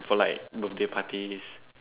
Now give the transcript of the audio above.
for like birthday parties